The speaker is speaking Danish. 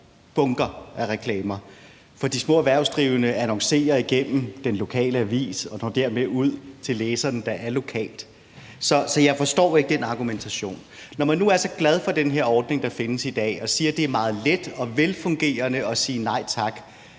bunker af reklamer. For de små erhvervsdrivende annoncerer igennem den lokale avis og når dermed ud til læserne, der er lokalt. Så jeg forstår ikke den argumentation. Når man nu er så glad for den her ordning, der findes i dag, og siger, at det er meget let og velfungerende at sige nej tak,